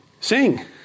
sing